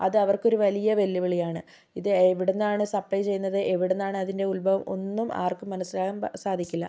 അതവർക്കൊരു വലിയ വെല്ലുവിളിയാണ് ഇത് എവിടുന്നാണ് സപ്ലൈ ചെയ്യുന്നത് എവിടുന്നാണ് അതിൻ്റെ ഉൾഭവം ഒന്നും ആർക്കും മനസ്സിലാകാൻ സാധിക്കില്ല